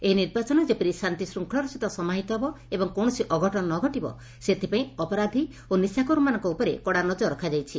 ଏହି ନିର୍ବାଚନ ଯେପରି ଶାନ୍ତିଶୃଙ୍ଖଳାର ସହିତ ସମାହିତ ହେବ ଏବଂ କୌଶସି ଅଘଟଶ ନ ଘଟିବ ସେଥିପାଇଁ ଅପରାଧି ଓ ନିଶାଖୋରମାନଙ୍କ ଉପରେ କଡ଼ା ନକର ରଖାଯାଇଛି